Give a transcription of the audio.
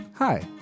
Hi